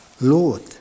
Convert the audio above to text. Lord